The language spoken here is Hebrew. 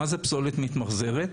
מה זה פסולת מתמחזרת?